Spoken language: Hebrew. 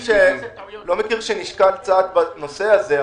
אני לא מכיר שנשקל צעד בנושא הזה,